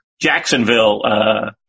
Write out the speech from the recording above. Jacksonville